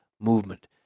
movement